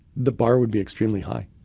the bar would be extremely high.